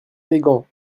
élégant